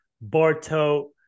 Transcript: Barto